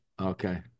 Okay